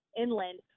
inland